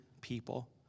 people